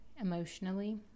emotionally